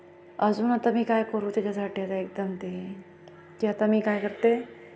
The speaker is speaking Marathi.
अजून आता मी काय करू त्याच्यासाठी आता एकदम ते जी आता मी काय करते